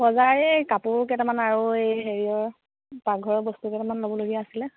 বজাৰ এই কাপোৰ কেইটামান আৰু এই হেৰিয়ৰ পাকঘৰৰ বস্তু কেইটামান ল'বলগীয়া আছিলে